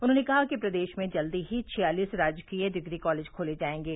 उन्होंने कहा कि प्रदेश में जल्द ही छियालीस राजकीय डिग्री कॉलेज खोले जायेंगे